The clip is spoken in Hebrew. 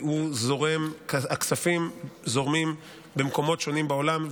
והכספים זורמים במקומות שונים בעולם,